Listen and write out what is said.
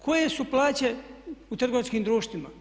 Koje su plaće u trgovačkim društvima?